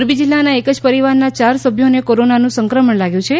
મોરબી જિલ્લાનાં એક જ પરિવારનાં ચાર સભ્યોને કોરોનાનું સંક્રમણ લાગ્યું છે